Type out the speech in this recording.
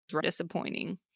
disappointing